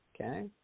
Okay